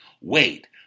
Wait